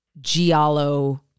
Giallo